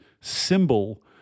symbol